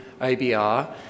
ABR